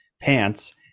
pants